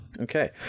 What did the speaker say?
Okay